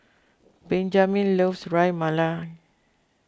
Benjamen loves Ras Malai